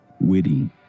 witty